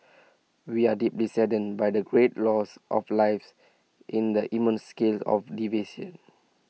we are deeply saddened by the great loss of lives in the immense scale of